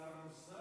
שר נוסף